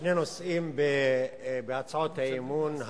שני נושאים בהצעות האי-אמון,